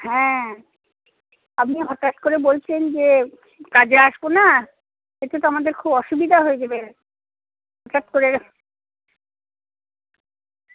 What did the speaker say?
হ্যাঁ আপনি হঠাৎ করে বলছেন যে কাজে আসব না এতে তো আমাদের খুব অসুবিধা হয়ে যাবে হঠাৎ করে